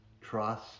trust